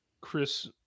Chris